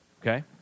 okay